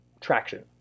traction